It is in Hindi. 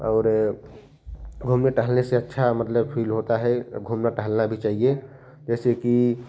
और घूमने टहलने से अच्छा मतलब फील होता है और घूमना टहलना भी चाहिए जैसे कि